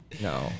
No